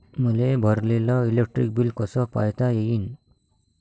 मले भरलेल electric bill कस पायता येईन?